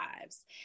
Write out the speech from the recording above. lives